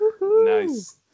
Nice